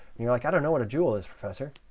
you're like, i don't know what a joule is, professor.